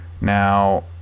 Now